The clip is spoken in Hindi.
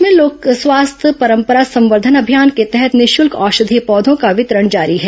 प्रदेश में लोक स्वास्थ्य परंपरा संवर्धन अभियान के तहत निःशुल्क औषधिक पौधों का वितरण जारी है